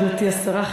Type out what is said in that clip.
גברתי השרה,